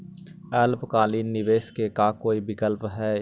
अल्पकालिक निवेश के का कोई विकल्प है?